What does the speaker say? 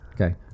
Okay